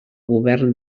govern